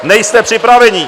Nejste připraveni!